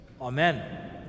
Amen